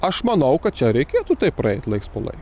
aš manau kad čia reikėtų taip praeit laiks po lai